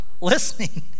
listening